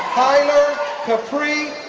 tyler capri